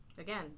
again